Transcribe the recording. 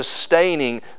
sustaining